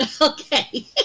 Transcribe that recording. Okay